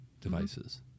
devices